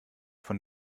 von